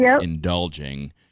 indulging